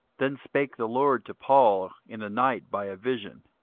then spake the lord to paul in the night by a vision,